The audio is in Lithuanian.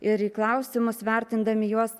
ir į klausimus vertindami juos